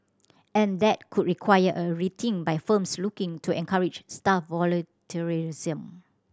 and that could require a rethink by firms looking to encourage staff volunteerism